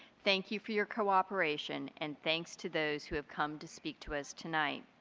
thank you for your cooperation and thanks to those who have come to speak to us tonight.